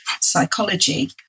psychology